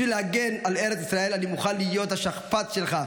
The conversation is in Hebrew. בשביל להגן על ארץ ישראל אני מוכן להיות השכפ"ץ שלך,